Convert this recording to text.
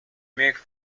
make